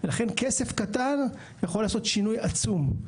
ולכן, כסף קטן יכול לעשות שינוי עצום.